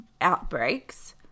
outbreaks